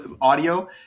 audio